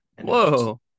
Whoa